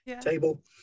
Table